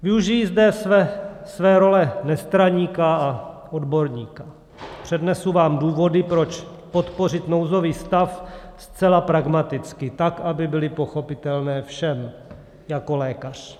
Využiji zde své role nestraníka a odborníka a přednesu vám důvody, proč podpořit nouzový stav zcela pragmaticky tak, aby byly pochopitelné všem, jako lékař.